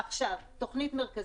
עכשיו נעבור לתוכנית המרכזית,